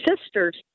sister's